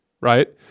right